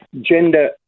Gender